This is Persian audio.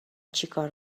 چیکار